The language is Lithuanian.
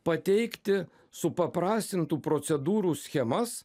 pateikti supaprastintų procedūrų schemas